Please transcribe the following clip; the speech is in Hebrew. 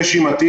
שיקום נשימתי,